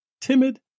timid